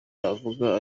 navuga